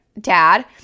dad